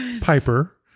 Piper